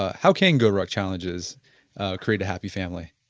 how can goruck challenges create a happy family?